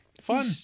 Fun